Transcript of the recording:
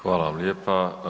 Hvala vam lijepa.